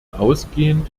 ausgehend